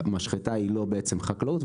היא לא חקלאות,